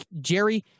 Jerry